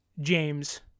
James